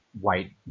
white